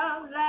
love